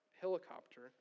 helicopter